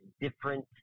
different